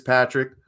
Patrick